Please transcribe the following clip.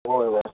हय हय